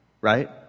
right